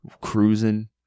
cruising